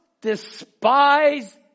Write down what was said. despise